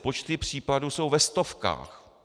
Počty případů jsou ve stovkách.